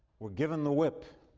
were given the whip